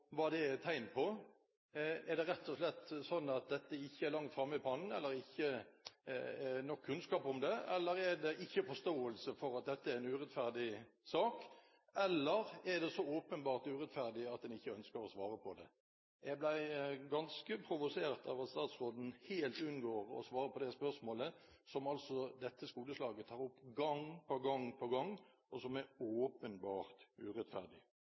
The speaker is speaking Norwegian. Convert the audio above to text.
hva det er tegn på. Er det rett og slett sånn at dette ikke er langt framme i pannen eller det ikke er nok kunnskap om det? Eller er det ikke forståelse for at dette er en urettferdig sak? Eller er det så åpenbart urettferdig at en ikke ønsker å svare på det? Jeg ble ganske provosert av at statsråden helt unngikk å svare på det spørsmålet, som altså dette skoleslaget tar opp gang på gang på gang, og som er åpenbart urettferdig.